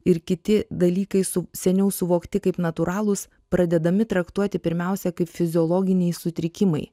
ir kiti dalykai su seniau suvokti kaip natūralūs pradedami traktuoti pirmiausia kaip fiziologiniai sutrikimai